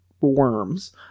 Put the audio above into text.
worms